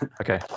okay